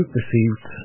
received